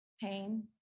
pain